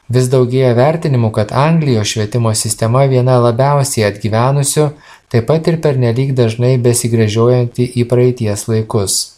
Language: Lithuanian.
vis daugėja vertinimų kad anglijos švietimo sistema viena labiausiai atgyvenusių taip pat ir pernelyg dažnai besigręžiojanti į praeities laikus